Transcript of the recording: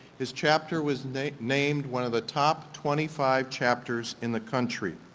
his chapter was named named one of the top twenty five chapters in the country.